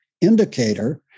indicator